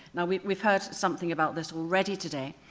now we've we've heard something about this already today.